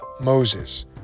Moses